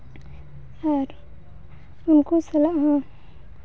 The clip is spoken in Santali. ᱟᱨ ᱩᱱᱠᱩ ᱥᱟᱞᱟᱜ ᱦᱚᱸ